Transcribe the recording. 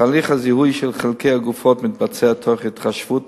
ותהליך הזיהוי של חלקי הגופות מתבצע תוך התחשבות